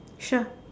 sure